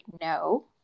no